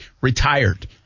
retired